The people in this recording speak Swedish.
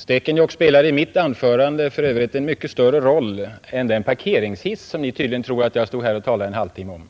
Stekenjokk spelade för övrigt i mitt anförande en mycket större roll än den parkeringshiss som Ni tydligen tror att jag stod här och talade en halvtimme om.